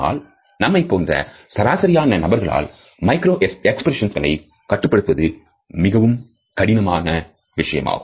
ஆனால் நம்மைப்போன்ற சராசரியான நபர்களால் மைக்ரோ எக்ஸ்பிரஷன்ஸ்களை கட்டுப்படுத்துவது மிகவும் கடினமான விஷயம்